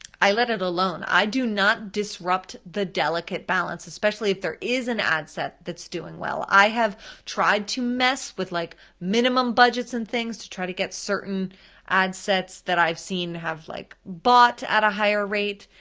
i let it alone, i do not disrupt the delicate balance, especially if there is an ad set that's doing well. i have tried to mess with like minimum budgets and things to try to get certain ad sets that i've seen have like bought at a higher rate,